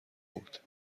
بود